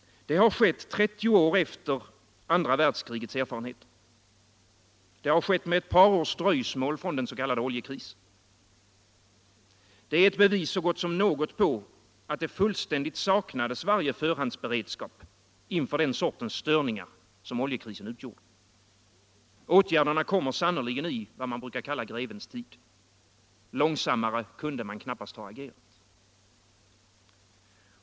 Det har skett 30 år efter andra världskrigets erfarenheter. Det har skett med ett par års dröjsmål från den s.k. oljekrisen. Det sistnämnda är ett bevis så gott som något på att det fullständigt saknades varje förhandsberedskap inför den sortens störningar som oljekrisen utgjorde. Åtgärderna kommer sannerligen i vad som brukar kallas grevens tid. Långsammare kunde man knappast ha agerat.